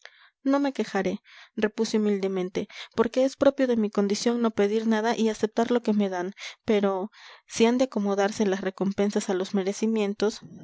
no me quejaré repuse humildemente porque es propio de mi condición no pedir nada y aceptar lo que me dan pero si han de acomodarse las recompensas a los merecimientos